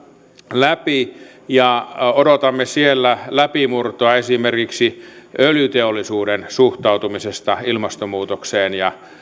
läpi ja odotamme siellä läpimurtoa esimerkiksi öljyteollisuuden suhtautumisesta ilmastonmuutokseen ja